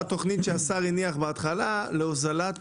זה התוכנית שהשר הניח בהתחלה להוזלת